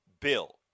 bill